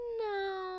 no